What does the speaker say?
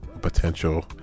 potential